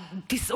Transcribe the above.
אז מה את רוצה?